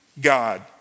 God